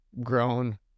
grown